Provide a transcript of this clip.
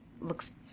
looks